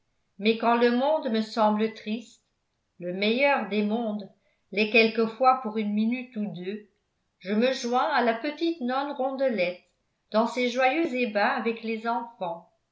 mais quand le monde me semble triste le meilleur des mondes l'est quelquefois pour une minute ou deux je me joins à la petite nonne rondelette dans ses joyeux ébats avec les enfants